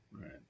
Right